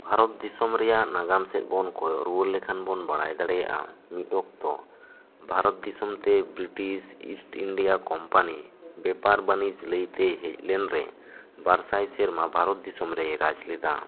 ᱵᱷᱟᱨᱚᱛ ᱫᱤᱥᱚᱢ ᱨᱮᱭᱟᱜ ᱱᱟᱜᱟᱢ ᱥᱮᱫ ᱵᱚᱱ ᱠᱚᱭᱚᱜ ᱨᱩᱣᱟᱹᱲ ᱞᱮᱠᱷᱟᱱ ᱵᱚᱱ ᱵᱟᱲᱟᱭ ᱫᱟᱲᱮᱭᱟᱜᱼᱟ ᱢᱤᱫ ᱚᱠᱛᱚ ᱵᱷᱟᱨᱚᱛ ᱫᱤᱥᱚᱢ ᱛᱮ ᱵᱨᱤᱴᱤᱥ ᱤᱥᱴ ᱤᱱᱰᱤᱭᱟ ᱠᱚᱢᱯᱟᱱᱤ ᱵᱮᱯᱟᱨ ᱵᱟᱹᱱᱤᱡᱽ ᱞᱟᱹᱭ ᱛᱮ ᱦᱮᱡ ᱞᱮᱱ ᱨᱮ ᱵᱟᱨ ᱥᱟᱭ ᱥᱮᱨᱢᱟ ᱵᱷᱟᱨᱚᱛ ᱫᱤᱥᱚᱢ ᱨᱮᱭ ᱨᱟᱡᱽ ᱞᱮᱫᱟ